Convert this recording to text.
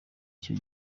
icyo